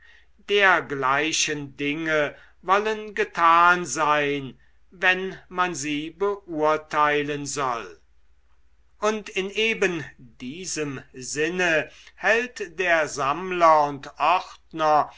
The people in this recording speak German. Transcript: dergleichen dinge wollen getan sein wenn man sie beurteilen soll und in eben diesem sinne hält der sammler und